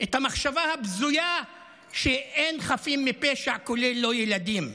את המחשבה הבזויה שאין חפים מפשע, כולל ילדים: